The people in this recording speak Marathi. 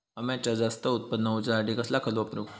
अम्याचा जास्त उत्पन्न होवचासाठी कसला खत वापरू?